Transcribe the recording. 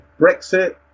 Brexit